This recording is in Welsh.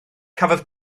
cafodd